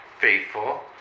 faithful